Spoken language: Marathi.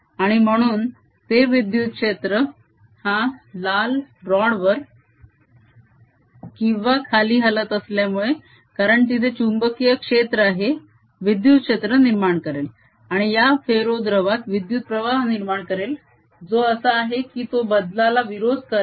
आणि म्हणून ते विद्युत क्षेत्र हा लाल रॉड वर किंवा खाली हलत असल्यामुळे कारण तिथे चुंबकीय क्षेत्र आहे विद्युत क्षेत्र निर्माण करेल आणि या फेरो द्रवात विद्युत प्रवाह निर्माण करेल जो असा आहे की तो बदलाला विरोध करेल